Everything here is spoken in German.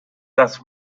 das